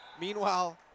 Meanwhile